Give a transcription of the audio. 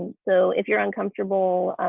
so if you're uncomfortable